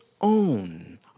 own